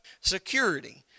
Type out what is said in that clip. security